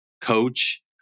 coach